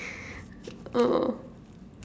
uh